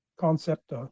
concept